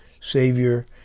Savior